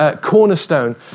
Cornerstone